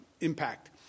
impact